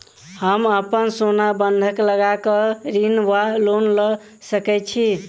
हम अप्पन सोना बंधक लगा कऽ ऋण वा लोन लऽ सकै छी?